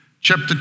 Chapter